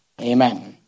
Amen